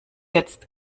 jetzt